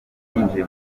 yinjiye